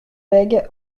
bègue